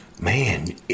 Man